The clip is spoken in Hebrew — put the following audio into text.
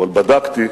אבל בדקתי,